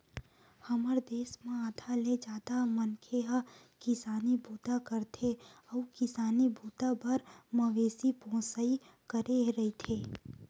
हमर देस म आधा ले जादा मनखे ह किसानी बूता करथे अउ किसानी बूता बर मवेशी पोसई करे रहिथे